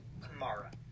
Kamara